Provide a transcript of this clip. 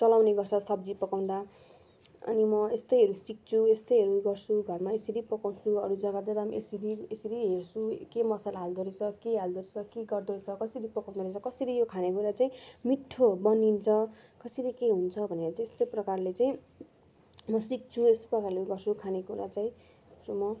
चलाउने गर्छ सब्जी पकाउँदा अनि म यस्तैहरू सिक्छु यस्तैहरू गर्छु घरमा यसरी पकाउँछु अरू जगा जाँदा यसरी यसरी हेर्छु के मसला हाल्दो रहेछ के हाल्दो रहेछ के गर्दो रहेछ कसरी पकाउँदो रहेछ कसरी यो खाने कुरा चाहिँ मिठो बनिन्छ कसरी के हुन्छ भनेर चाहिँ यस्तै प्रकारले चाहिँ म सिक्छु यस्तो प्रकारले गर्छु खाने कुरा चाहिँ गर्छु म